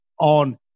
on